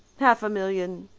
half a million,